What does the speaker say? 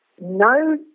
no